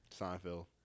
Seinfeld